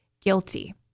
guilty